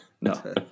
No